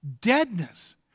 deadness